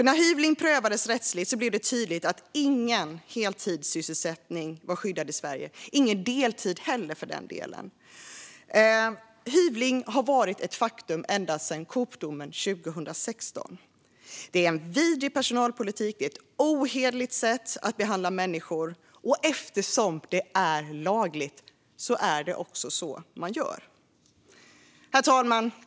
När hyvling prövades rättsligt blev det tydligt att ingen heltidsanställning var skyddad i Sverige - och ingen deltid heller för den delen. Hyvling har varit ett faktum ända sedan Coopdomen 2016. Det är en vidrig personalpolitik och ett ohederligt sätt att behandla människor. Och eftersom det är lagligt är det också så man gör. Herr talman!